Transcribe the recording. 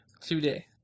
Today